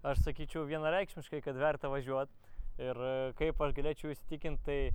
aš sakyčiau vienareikšmiškai kad verta važiuot ir kaip aš galėčiau įsitikint tai